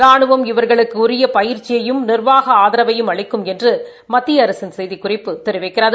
ரானுவம் இவர்களுக்கு உரிய பயிற்சியையும் நிர்வாக ஆதரவையும் அளிக்கும் என்றும் மத்திய அரசின் செய்திக்குறிப்பு தெரிவிக்கிறது